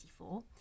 1984